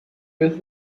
with